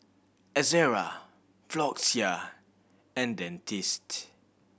Ezerra Floxia and Dentiste